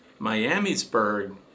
Miamisburg